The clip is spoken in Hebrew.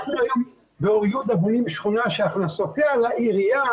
אנחנו היום באור יהודה בונים שכונה שהכנסותיה לעירייה